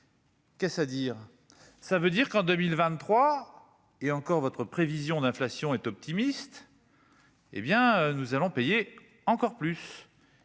Qu'est-ce à dire, ça veut dire qu'en 2023 et encore votre prévision d'inflation est optimiste, hé bien nous allons payer encore plus,